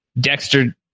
Dexter